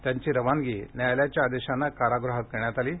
त्यांची रवानगी न्यायालयाच्या आदेशाने काराग़हात करण्यात आली आहे